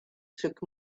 took